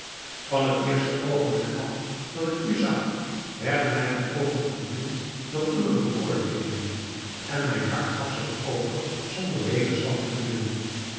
van het eerste oogenblik af dat ik u zag werden mijne oogen verblind door uwe bekoorlijkheden en mijn hart gaf zich over zonder wederstand te bieden